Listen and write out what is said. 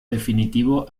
definitivo